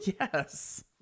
Yes